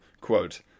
Quote